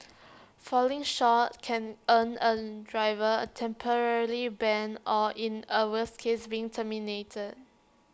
falling short can earn A driver A temporarily ban or in A worse case being terminated